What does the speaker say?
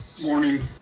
Morning